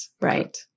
right